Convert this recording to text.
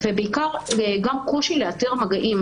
על בעיה מחשובית אתם לא פותרים